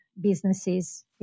businesses